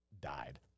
died